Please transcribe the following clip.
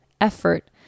effort